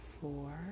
four